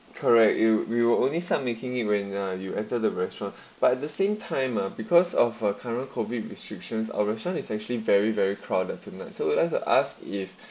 correct it will we will only start making it when uh you enter the restaurant but at the same time ah because of the current COVID restrictions our restaurant is actually very very crowded tonight so let's ask if